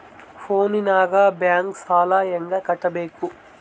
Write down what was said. ಫೋನಿನಾಗ ಬ್ಯಾಂಕ್ ಸಾಲ ಹೆಂಗ ಕಟ್ಟಬೇಕು?